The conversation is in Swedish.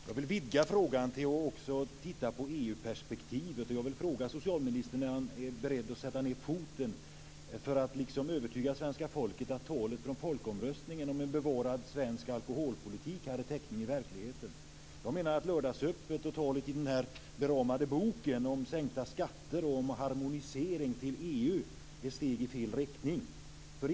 Jag vill vidga frågan så att man också tittar på EU Jag menar att lördagsöppet och talet i den beramade boken om sänkta skatter och om harmonisering till EU är steg i fel riktning.